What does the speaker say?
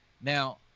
Now